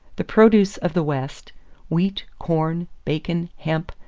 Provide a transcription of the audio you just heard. the produce of the west wheat, corn, bacon, hemp,